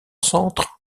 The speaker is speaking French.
centre